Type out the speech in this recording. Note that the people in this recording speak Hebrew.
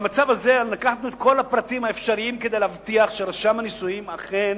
במצב הזה לקחנו את כל הפרטים האפשריים כדי להבטיח שרשם הנישואים אכן